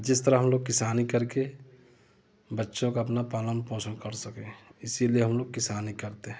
जिस तरह हम लोग किसानी करके बच्चों का अपना पालन पोषण कर सकें इसलिए हम लोग किसानी करते हैं